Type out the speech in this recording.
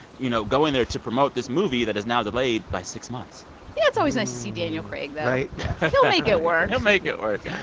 you know, going there to promote this movie that is now delayed by six months yeah, it's always nice to see daniel craig, though right he'll make it work he'll make it work. yeah